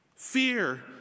Fear